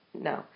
No